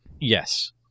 Yes